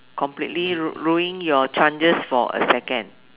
completely ru~ ruining your chances for a second